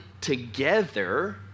together